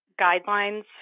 guidelines